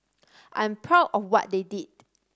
I'm proud of what they did